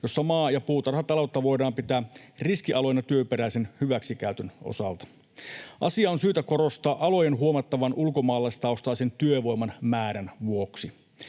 jossa maa‑ ja puutarhataloutta voidaan pitää riskialueena työperäisen hyväksikäytön osalta. Asiaa on syytä korostaa alojen huomattavan ulkomaalaistaustaisen työvoiman määrän vuoksi.